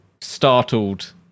startled